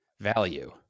value